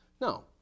No